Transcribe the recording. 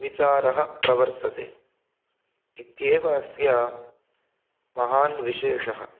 विचारः प्रवर्तते इत्येव अस्य महान् विशेषः